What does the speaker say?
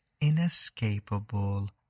inescapable